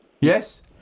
Yes